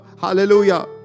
Hallelujah